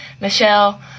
Michelle